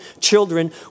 children